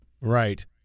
Right